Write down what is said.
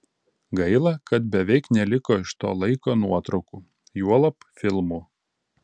gaila kad beveik neliko iš to laiko nuotraukų juolab filmų